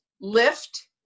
Lift